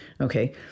Okay